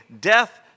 death